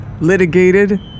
litigated